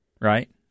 Right